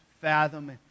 fathom